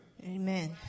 Amen